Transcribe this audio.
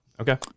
Okay